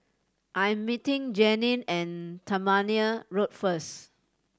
I am meeting Janine at Tangmere Road first